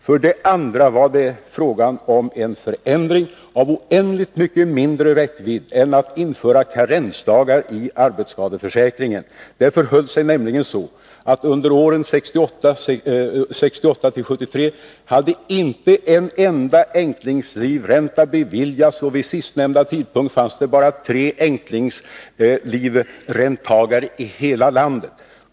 För det andra var det fråga om en förändring av oändligt mycket mindre räckvidd än att införa karensdagar i arbetsskadeförsäkringen. Det förhöll sig nämligen så, att under åren 1968-1973 hade inte en enda änklingslivränta beviljats, och vid sistnämnda tidpunkt fanns det bara tre änklingslivräntetagare i hela landet.